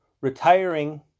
retiring